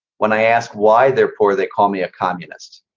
when i ask why. therefore they call me a communist.